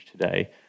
today